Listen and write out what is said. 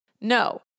No